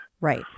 Right